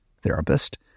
therapist